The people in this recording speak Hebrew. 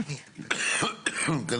אני